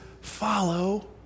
follow